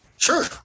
Sure